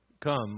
come